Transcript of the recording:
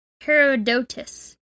Herodotus